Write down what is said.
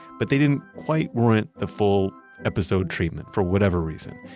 but they didn't quite warrant the full episode treatment for whatever reason.